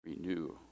Renew